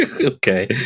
Okay